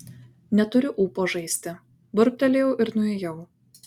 neturiu ūpo žaisti burbtelėjau ir nuėjau